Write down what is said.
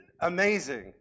amazing